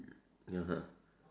(uh huh)